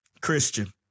Christian